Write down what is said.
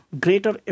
greater